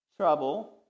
trouble